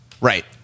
Right